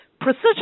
Precision